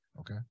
Okay